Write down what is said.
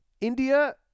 India